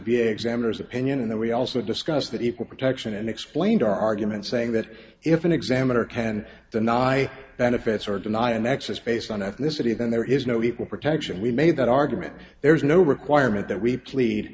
a examiners opinion and then we also discussed that equal protection and explained our argument saying that if an examiner can deny benefits or deny an excess based on ethnicity then there is no equal protection we made that argument there is no requirement that we pl